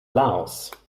laos